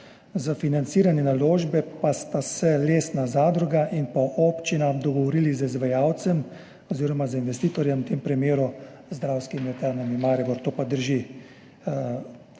za financiranje naložbe pa sta se lesna zadruga in občina dogovorili z izvajalcem oziroma z investitorjem, v tem primeru z Dravskimi elektrarnami Maribor, to pa drži.